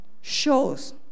shows